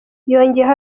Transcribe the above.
yongeyeho